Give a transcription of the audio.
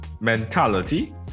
Mentality